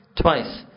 Twice